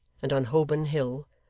and on holborn hill,